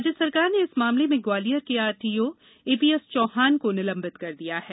राज्य सरकार ने इस मामले में ग्वालियर के आरटीओ ए ीएस चौहान को निलंबित कर दिया है